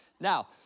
Now